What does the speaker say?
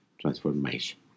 transformation